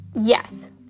Yes